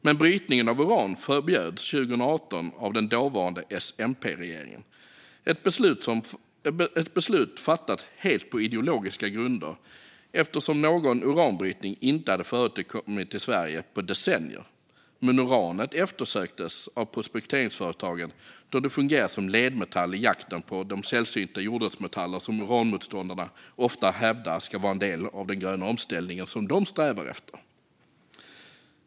Men brytningen av uran förbjöds 2018 av den dåvarande S-MP-regeringen, ett beslut fattat helt på ideologiska grunder eftersom någon uranbrytning inte hade förekommit i Sverige på decennier, men uranet eftersöktes av prospekteringsföretagen då det fungerar som ledmetall i jakten på de sällsynta jordartsmetaller som uranmotståndarna ofta hävdar ska vara en del i den gröna omställning de strävar efter.